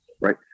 right